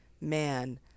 man